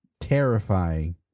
terrifying